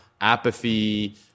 apathy